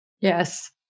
Yes